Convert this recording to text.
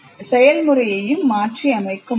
ஒருவர் செயல்முறையை பின்னோக்கி அமைக்க முடியும்